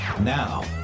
now